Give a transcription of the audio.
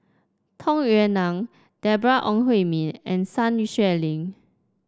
Tung Yue Nang Deborah Ong Hui Min and Sun Xueling